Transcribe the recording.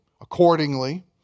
accordingly